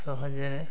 ସହଜରେ